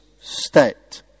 state